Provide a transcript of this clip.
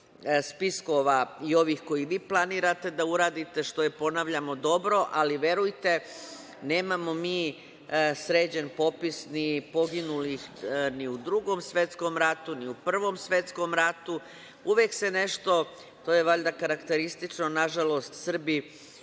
spiskova i ovih koji vi planirate da uradite što je, ponavljamo, dobro, ali verujte, nemamo mi sređen popis ni poginulih ni u Drugom svetskom ratu, ni u Prvom svetskom ratu, uvek se nešto, to je valjda karakteristično, nažalost Srbi,